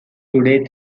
today